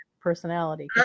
personality